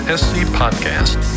scpodcast